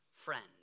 friend